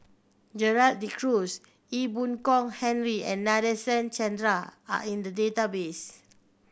Gerald De Cruz Ee Boon Kong Henry and Nadasen Chandra are in the database